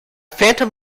phantom